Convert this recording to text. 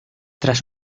tras